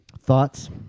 Thoughts